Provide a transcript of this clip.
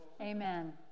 Amen